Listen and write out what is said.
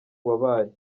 wabaye